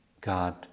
God